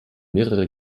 mehrere